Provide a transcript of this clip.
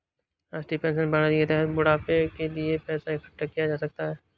राष्ट्रीय पेंशन प्रणाली के तहत बुढ़ापे के लिए पैसा इकठ्ठा किया जा सकता है